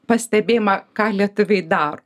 pastebėjimą ką lietuviai daro